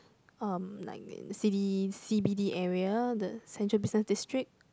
um like in cities C_B_D area the central business district